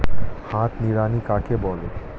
হাত নিড়ানি কাকে বলে?